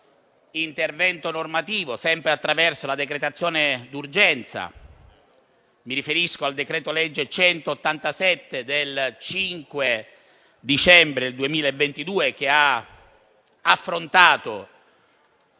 intervento normativo, sempre attraverso la decretazione d'urgenza, mi riferisco al decreto-legge n. 187 del 5 dicembre 2022, che ha affrontato